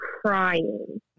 crying